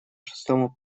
шестому